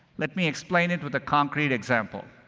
let me explain it with a concrete example.